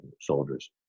soldiers